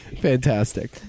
Fantastic